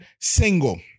single